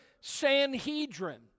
Sanhedrin